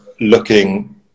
looking